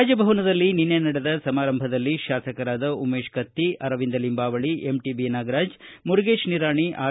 ರಾಜಭವನದಲ್ಲಿ ನಿನ್ನೆ ನಡೆದ ಸಮಾರಂಭದಲ್ಲಿ ಶಾಸಕರಾದ ಉಮೇಶ ಕತ್ತಿ ಅರವಿಂದ ಲಿಂಬಾವಳಿ ಎಂಟಿಬಿ ನಾಗರಾಜ ಮುರುಗೇಶ ನಿರಾಣಿ ಆರ್